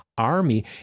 Army